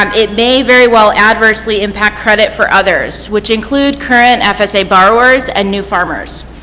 um it may very well adversely impact credit for others, which include current fsa borrowers and new farmers.